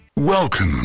Welcome